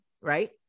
Right